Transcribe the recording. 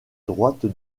droite